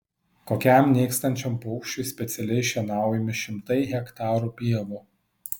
kokiam nykstančiam paukščiui specialiai šienaujami šimtai hektarų pievų